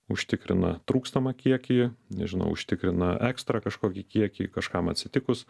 užtikrina trūkstamą kiekį nežinau užtikrina ekstra kažkokį kiekį kažkam atsitikus